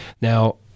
Now